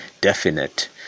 definite